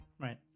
Right